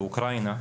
באוקראינה,